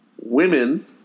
Women